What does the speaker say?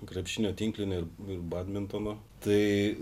krepšinio tinklinio ir badmintono tai